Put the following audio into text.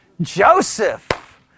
Joseph